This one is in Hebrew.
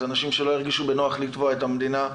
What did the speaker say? אלה אנשים שלא ירגישו בנוח לתבוע את המדינה,